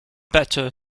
better